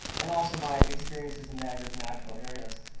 and also my experiences in niagara's natural areas.